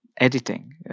editing